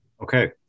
Okay